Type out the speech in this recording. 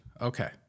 Okay